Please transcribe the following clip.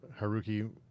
haruki